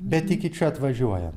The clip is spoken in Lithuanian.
bet iki čia atvažiuoja